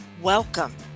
Welcome